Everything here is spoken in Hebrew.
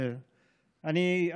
אני,